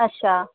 अच्छा